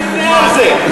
אל תבנה על זה,